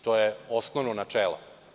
To je osnovno načelo.